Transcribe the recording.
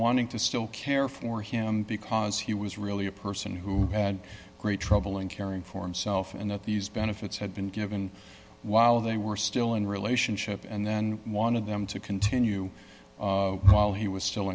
wanting to still care for him because he was really a person who had great trouble in caring for himself and that these benefits had been given while they were still in relationship and then wanted them to continue while he was still